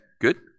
good